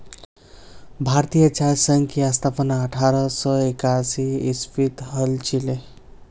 भारतीय चाय संघ की स्थापना अठारह सौ एकासी ईसवीत हल छिले